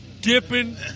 dipping